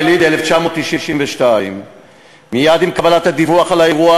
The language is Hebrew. יליד 1992. מייד עם קבלת הדיווח על האירוע